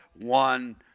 one